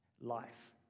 life